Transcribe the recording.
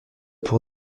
pour